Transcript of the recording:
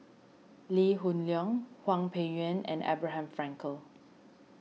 Lee Hoon Leong Hwang Peng Yuan and Abraham Frankel